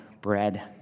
bread